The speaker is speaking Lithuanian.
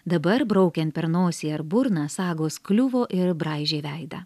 dabar braukiant per nosį ar burną sagos kliuvo ir braižė veidą